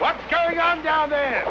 what's going on down there